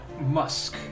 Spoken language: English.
musk